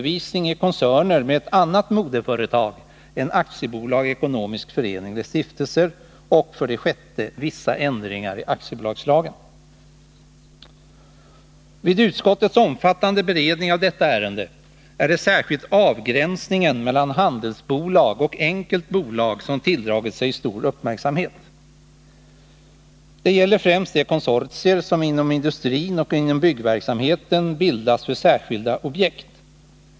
Vid utskottets omfattande beredning av detta ärende är det särskilt avgränsningen mellan handelsbolag och enkelt bolag som tilldragit sig stor uppmärksamhet. Det gäller främst de konsortier som inom industrin och inom byggverksamheten bildas för särskilda objekt.